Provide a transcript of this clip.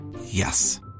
Yes